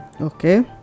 okay